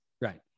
Right